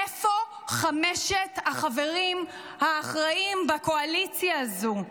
איפה חמשת החברים האחראיים בקואליציה הזו?